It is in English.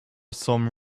some